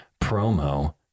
promo